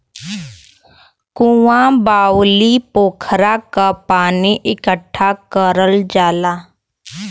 कुँआ, बाउली, पोखरा क पानी इकट्ठा करल जाला